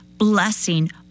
blessing